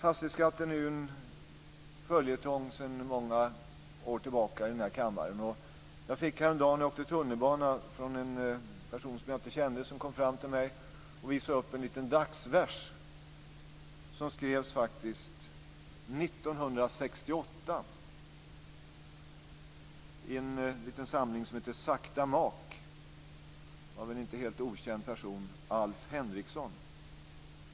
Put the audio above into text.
Fastighetsskatten är en följetong här i kammaren sedan många år tillbaka. Häromdagen åkte jag tunnelbana. Då kom en person som jag inte kände fram till mig och visade upp en liten dagsvers, som skrevs 1968. Den ingår i en samling som heter Sakta mak, av en inte helt okänd person - Alf Henrikson.